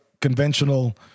conventional